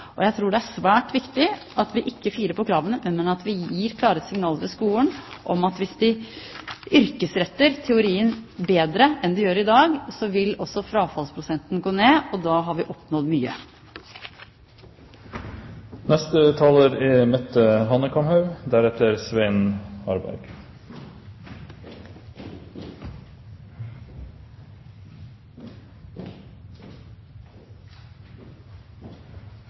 arbeidsliv. Jeg tror det er svært viktig at vi ikke firer på kravene, men gir klare signaler til skolen om at hvis de yrkesretter teorien bedre enn de gjør i dag, vil også frafallsprosentene gå ned, og da har vi oppnådd